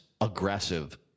aggressive